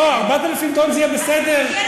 לא, 4,000 טונות זה יהיה בסדר?